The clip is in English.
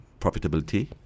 profitability